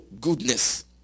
goodness